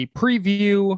preview